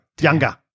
younger